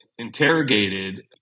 interrogated